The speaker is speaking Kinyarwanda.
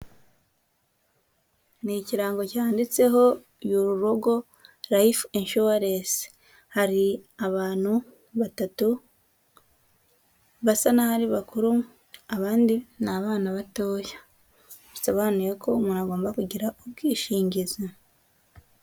Ni ikirango cyanditseho yoru logo, layifu inshuwarensi. Hari abantu batatu basa nkaho ari bakuru, abandi ni abana batoya. Bisobanuye ko umuntu agomba kugira ubwishingizi